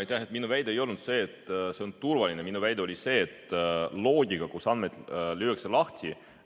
Aitäh! Minu väide ei olnud see, et see on turvaline. Minu väide oli see, et kui andmed lüüakse lahti,